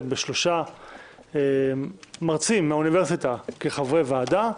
בשלושה מרצים מהאוניברסיטה כחברי ועדה,